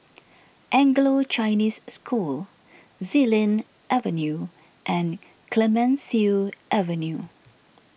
Anglo Chinese School Xilin Avenue and Clemenceau Avenue